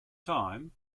time